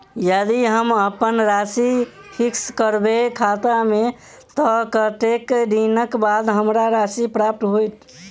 यदि हम अप्पन राशि फिक्स करबै खाता मे तऽ कत्तेक दिनक बाद हमरा राशि प्राप्त होइत?